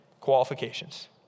qualifications